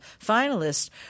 finalists